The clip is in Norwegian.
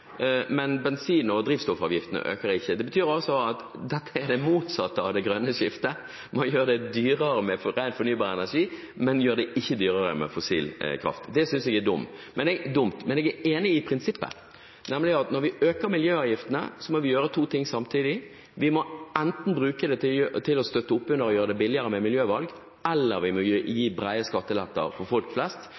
det dyrere med rein, fornybar energi, men en gjør det ikke dyrere med fossil kraft. Det synes jeg er dumt, men jeg er enig i prinsippet om at når vi øker miljøavgiftene, må vi gjøre to ting samtidig. Vi må enten bruke det til å støtte opp under miljøvalg og gjøre dem billigere, eller vi må gi brede skatteletter for folk flest,